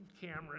camera